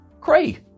Cray